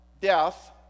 death